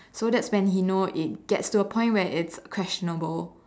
so that's when he know it gets to a point where it's questionable